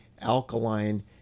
alkaline